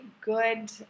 good